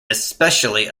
especially